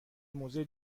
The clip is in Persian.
موزه